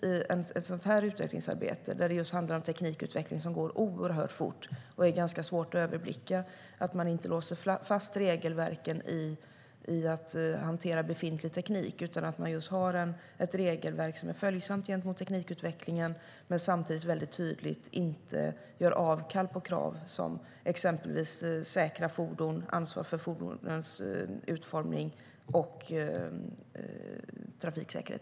I ett sådant här arbete, där det handlar om en teknikutveckling som går oerhört fort och är svår att överblicka, tror jag att det är viktigt att man inte låser fast regelverken vid befintlig teknik utan att man har ett regelverk som är följsamt gentemot teknikutvecklingen men samtidigt väldigt tydligt inte gör avkall på krav på exempelvis säkra fordon, ansvar för fordonens utformning och trafiksäkerhet.